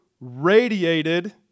radiated